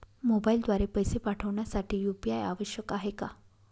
मोबाईलद्वारे पैसे पाठवण्यासाठी यू.पी.आय आवश्यक आहे का?